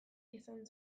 izan